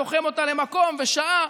תוחם אותה למקום ושעה,